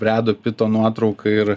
bredo pito nuotrauką ir